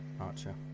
Archer